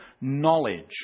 knowledge